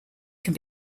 can